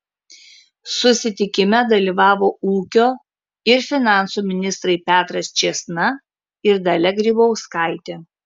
susitikime dalyvavo ūkio ir finansų ministrai petras čėsna ir dalia grybauskaitė